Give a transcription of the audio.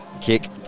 kick